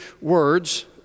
words